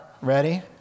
Ready